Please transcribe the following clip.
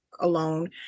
alone